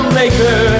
maker